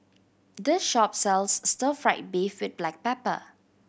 this shop sells stir fried beef with black pepper